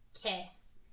kiss